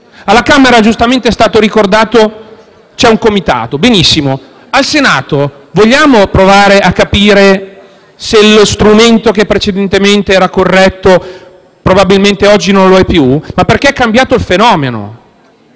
Alla Camera, come giustamente è stato ricordato, c'è un Comitato. Benissimo. Al Senato, vogliamo provare a capire se lo strumento che precedentemente era corretto lo è ancora? Probabilmente oggi non lo è più, perché è cambiato il fenomeno.